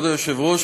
כבוד היושבת-ראש,